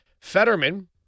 Fetterman